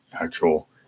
actual